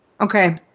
Okay